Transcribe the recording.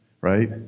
right